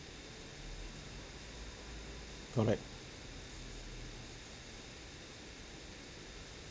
correct